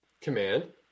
command